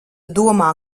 domā